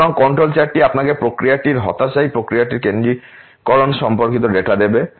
সুতরাং কন্ট্রোল চার্টটি আপনাকে প্রক্রিয়াটির হতাশায় প্রক্রিয়াটির কেন্দ্রিককরণ সম্পর্কিত ডেটা দেবে